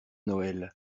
noël